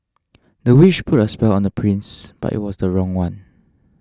the witch put a spell on the prince but it was the wrong one